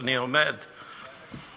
שאני עומד עליה,